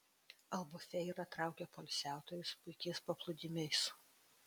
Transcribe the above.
albufeira traukia poilsiautojus puikiais paplūdimiais